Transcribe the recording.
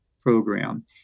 program